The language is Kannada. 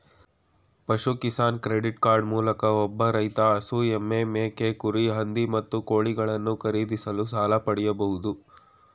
ಪಶು ಕಿಸಾನ್ ಕ್ರೆಡಿಟ್ ಕಾರ್ಡ್ ಮೂಲಕ ಒಬ್ಬ ರೈತ ಹಸು ಎಮ್ಮೆ ಮೇಕೆ ಕುರಿ ಹಂದಿ ಮತ್ತು ಕೋಳಿಗಳನ್ನು ಖರೀದಿಸಲು ಸಾಲ ಪಡಿಬೋದು